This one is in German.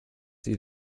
sie